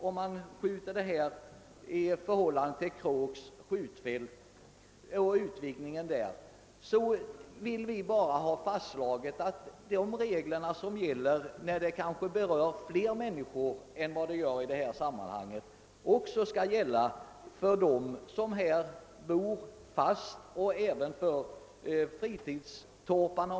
När man sätter detta i relation till utvidgningen av Kråks skjutfält vill vi endast ha fastslaget att de regler, som gäller när något fler människor berörs än vad fallet är i detta område, skall gälla såväl för den bofasta befolkningen som för fritidstorparna.